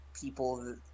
people